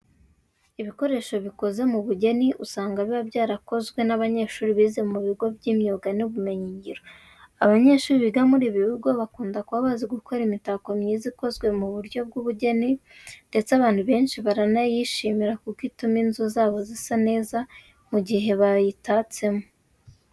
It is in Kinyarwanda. Ibikoresho bikoze mu bugeni usanga biba byarakozwe n'abanyeshuri bize mu bigo by'imyuga n'ubumenyingiro. Abanyeshuri biga muri ibi bigo bakunda kuba bazi gukora imitako myiza ikozwe mu buryo bw'ubugeni ndetse abantu benshi barayishimira kuko ituma inzu zabo zisa neza mu gihe bayitatsemo.